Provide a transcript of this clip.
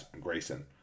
Grayson